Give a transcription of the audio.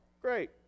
great